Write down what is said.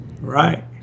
Right